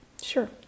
Sure